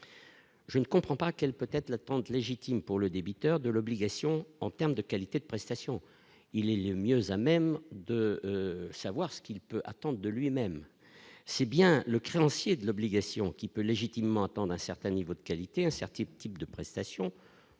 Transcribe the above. je ne comprends pas, quelle peut-être l'attente légitime pour le débiteur de l'obligation, en terme de qualité de prestations, il est le mieux à même de savoir ce qu'il peut attendre de lui même, c'est bien le créancier de l'obligation qui peut légitimement, attendent un certain niveau de qualité incertitude type de prestations